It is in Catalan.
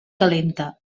calenta